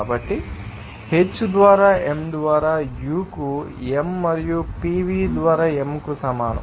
కాబట్టి H ద్వారా m ద్వారా U కు m మరియు PV ద్వారా m కు సమానం